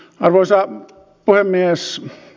arvoisa puhemies